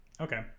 Okay